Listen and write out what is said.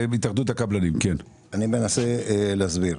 אני מנסה להסביר.